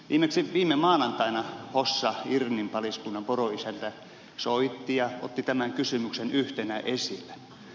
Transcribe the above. viimeksi viime maanantaina hossa irnin paliskunnan poroisäntä soitti ja otti tämän kysymyksen yhtenä esille